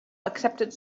accepted